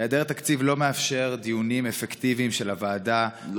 היעדר תקציב לא מאפשר דיונים אפקטיביים של הוועדה,